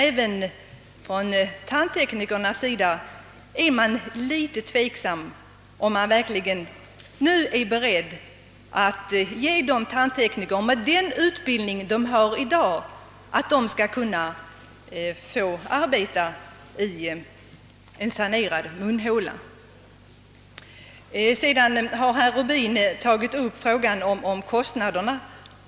Även tandteknikerna är tydligen litet tveksamma, huruvida man bör ge tandteknikerna med den utbildning de har i dag rätt att få arbeta i en sanerad munhåla. Herr Rubin tog även upp frågan om kostnaderna.